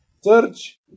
Search